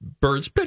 birds